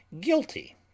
guilty